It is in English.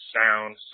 sound